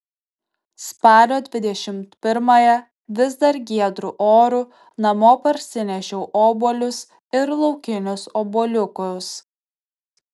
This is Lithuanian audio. spalio dvidešimt pirmąją vis dar giedru oru namo parsinešiau obuolius ir laukinius obuoliukus